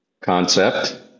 concept